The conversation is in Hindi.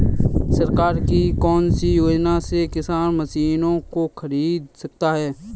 सरकार की कौन सी योजना से किसान मशीनों को खरीद सकता है?